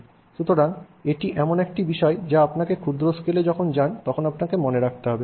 সুতরাং এটি এমন একটি বিষয় যা আপনি যখন ক্ষুদ্র স্কেলে যান তখন আপনাকে মনে রাখতে হবে